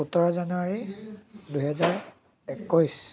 সোতৰ জানুৱাৰী দুহেজাৰ একৈছ